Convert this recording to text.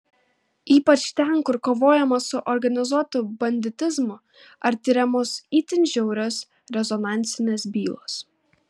ypač ten kur kovojama su organizuotu banditizmu ar tiriamos itin žiaurios rezonansinės bylos